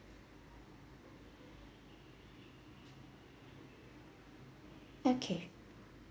okay